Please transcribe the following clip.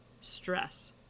stress